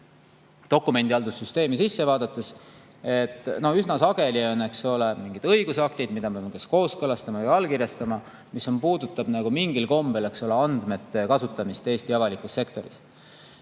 dokumendihaldussüsteemi sisse vaadates, et üsna sageli on, eks ole, mingid õigusaktid, mida me peame kas kooskõlastama või allkirjastama ja mis puudutavad mingil kombel andmete kasutamist Eesti avalikus sektoris.